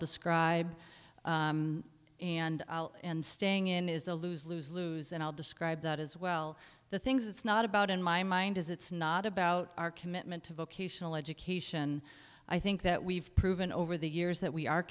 describe and in staying in is a lose lose lose and i'll describe that as well the things it's not about in my mind is it's not about our commitment to vocational education i think that we've proven over the years that we are